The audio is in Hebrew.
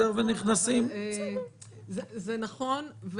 זה נכון,